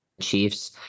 Chiefs